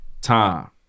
time